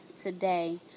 today